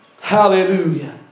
hallelujah